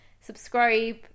subscribe